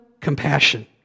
compassion